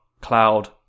Cloud